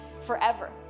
forever